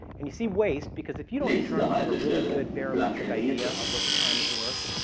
and you see waste because if you don't internally have a really good barometric idea of what your time is worth,